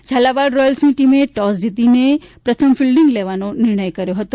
ઝાલાવાડ રોયલ્સની ટીમે ટોસ જીતીને પ્રથમ ફિલ્ડિંગ લેવાનો નિર્ણય કર્યો હતો